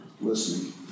listening